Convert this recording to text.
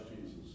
Jesus